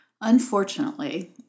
Unfortunately